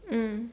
mm